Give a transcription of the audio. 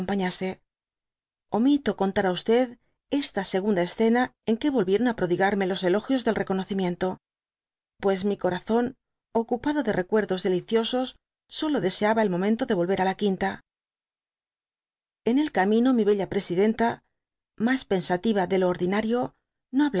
omito contar á esta segunda escena en que volvieron á prodigarme los elogios del reconoámiento pues mi corazón ocupado de recuerdos deliciosos solo deseaba el momento de volver á la quinta n elcammo mi bella presidenta mas pensativa de lo ordinario